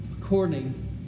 according